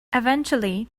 eventually